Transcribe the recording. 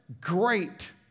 Great